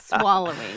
swallowing